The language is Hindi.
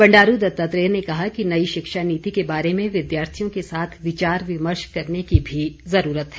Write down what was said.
बंडारू दत्तात्रेय ने कहा कि नई शिक्षा नीति के बारे में विद्यार्थियों के साथ विचार विमर्श करने की भी जरूरत है